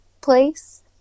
place